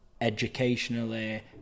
educationally